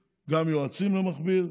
למכביר, יועצים למכביר,